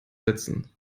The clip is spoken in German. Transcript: setzen